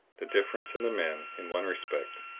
the difference in the men, in one respect,